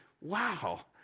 wow